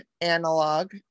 analog